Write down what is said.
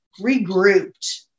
regrouped